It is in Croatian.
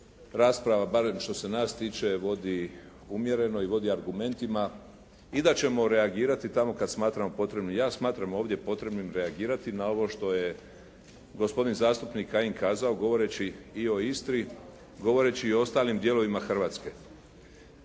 rasprava barem što se nas tiče vodi umjereno i vodi argumentima i da ćemo reagirati tamo kad smatramo potrebnim. Ja smatram ovdje potrebnim reagirati na ovo što je gospodin zastupnik Kajin kazao govoreći i o Istri, govoreći i o ostalim dijelovima Hrvatske.